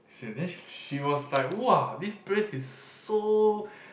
she was like [wah] this place is so